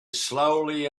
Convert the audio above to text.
slowly